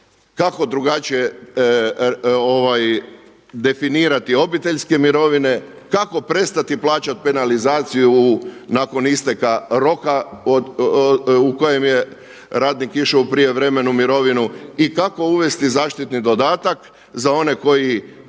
kako drugačije definirati obiteljske mirovine, kako prestati plaćati penalizaciju nakon isteka roka u kojem je radnik išao u prijevremenu mirovinu i kako uvesti zaštitni dodatak za one koji